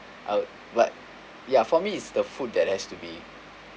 I would but ya for me is the food that has to be